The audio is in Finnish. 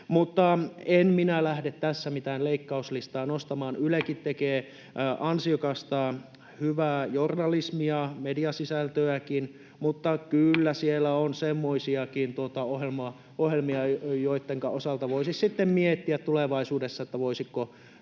en minä lähde tässä mitään leikkauslistaa nostamaan. Ylekin tekee ansiokasta, hyvää journalismia ja mediasisältöäkin, mutta kyllä siellä on semmoisiakin ohjelmia, joittenka osalta voisi sitten miettiä tulevaisuudessa, voisiko